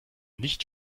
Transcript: nicht